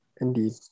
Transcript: Indeed